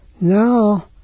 now